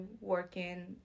working